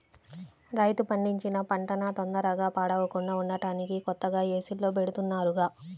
రైతు పండించిన పంటన తొందరగా పాడవకుండా ఉంటానికి కొత్తగా ఏసీల్లో బెడతన్నారుగా